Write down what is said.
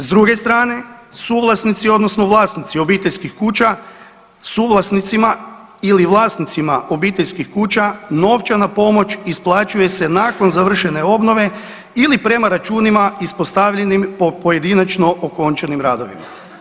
S druge strane, suvlasnici odnosno vlasnici obiteljskih kuća suvlasnicima ili vlasnicima obiteljskih kuća novčana pomoć isplaćuje se nakon završene obnove ili prema računima ispostavljenim po pojedinačno okončanim radovima.